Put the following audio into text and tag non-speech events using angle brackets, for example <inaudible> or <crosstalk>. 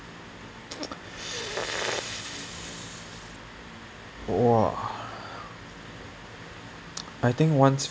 <noise> !wah! I think once